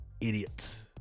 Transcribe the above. Idiots